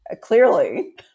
clearly